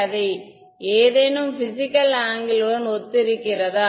அவை ஏதேனும் physical angle உடன் ஒத்திருக்கிறதா